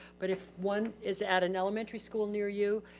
but if one is at an elementary school near you,